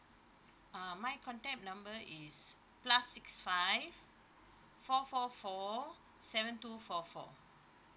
uh my contact number is plus six five four four four seven two four four